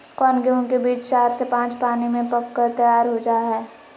कौन गेंहू के बीज चार से पाँच पानी में पक कर तैयार हो जा हाय?